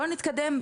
בוא נתקדם,